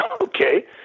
Okay